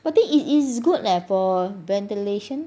but then it is good eh for ventilation